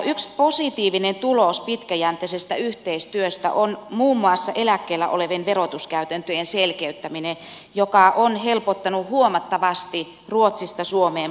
yksi positiivinen tulos pitkäjänteisestä yhteistyöstä on muun muassa eläkkeellä olevien verotuskäytäntöjen selkeyttäminen joka on helpottanut huomattavasti ruotsista suomeen palanneiden tilannetta